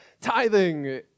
Tithing